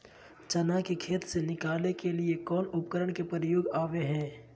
चना के खेत से निकाले के लिए कौन उपकरण के प्रयोग में आबो है?